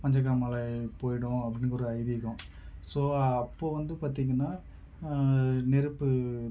மஞ்சள்காமாலை போய்விடும் அப்படின்னு ஒரு ஐதீகம் ஸோ அப்போது வந்து பார்த்தீங்கன்னா நெருப்பு